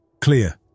Clear